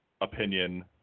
opinion